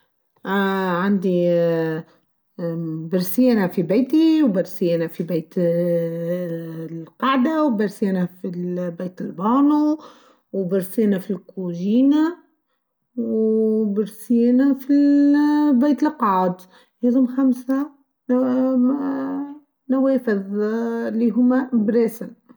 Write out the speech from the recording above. اااا عندي برسينه في بيتي و برسينه في ااا بيت القاعده و برسينه في بيت البانو و برسينه في الكوجينا و برسينه في ااا البيت القعد هاذول خمسه مااا نوافذ ااا إلي هما براسين.